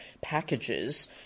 packages